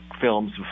films